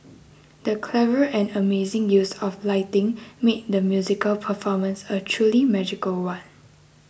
the clever and amazing use of lighting made the musical performance a truly magical one